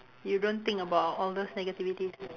you don't think about all those negativities